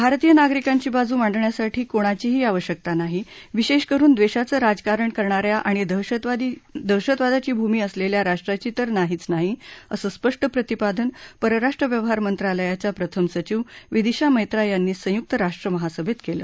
भारतीय नागरिकांची बाजू मांडण्यासाठी कोणाचीही आवश्यकता नाही विशेष करुन द्वेषाचं राजकारण करणा या आणि दहशतवादाची भूमी असलेल्या राष्ट्राची तर नाहीच नाही असं स्पष्ट प्रतिपादन परराष्ट्र व्यवहार मंत्रालयाच्या प्रथम सचिव विदिशा मैत्रा यांनी संयुक राष्ट्र महासभेत केलं